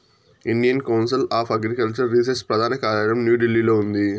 Indian Council of Agricultural Research ప్రధాన కార్యాలయం న్యూఢిల్లీలో ఉంది